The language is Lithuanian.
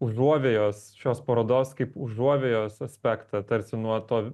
užuovėjos šios parodos kaip užuovėjos aspektą tarsi nuo to